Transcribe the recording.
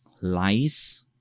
lies